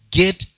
get